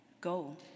Go